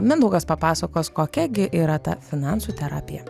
mindaugas papasakos kokia gi yra ta finansų terapija